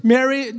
Mary